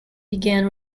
began